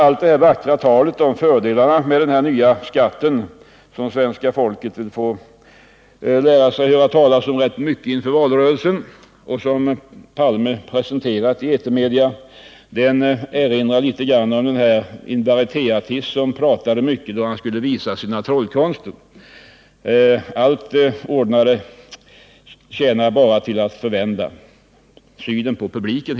Allt det vackra talet om den nya produktionsfaktorsskatten, som svenska folket får vänja sig att höra talas om inför valrörelsen och som herr Palme presenterat i etermedia, erinrar om en varietéartist som pratade mycket då han skulle visa sina trollkonster. Allt ordandet tjänade bara till att förvända synen på publiken.